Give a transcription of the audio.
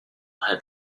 had